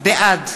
בעד